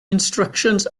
instructions